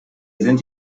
sind